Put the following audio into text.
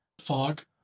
fog